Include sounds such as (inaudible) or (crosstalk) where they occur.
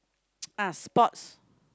(noise) ah sports